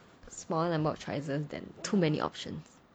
smaller than mod choices than too many options